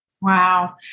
Wow